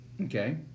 Okay